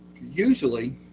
usually